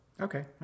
Okay